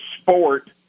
sport